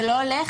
זה לא הולך,